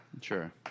Sure